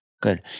good